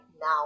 now